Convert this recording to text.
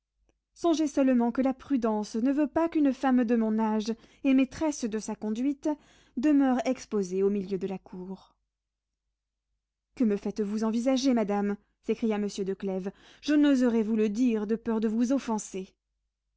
songez seulement que la prudence ne veut pas qu'une femme de mon âge et maîtresse de sa conduite demeure exposée au milieu de la cour que me faites-vous envisager madame s'écria monsieur de clèves je n'oserais vous le dire de peur de vous offenser